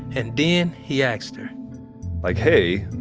and then, he asked her like hey,